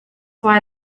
why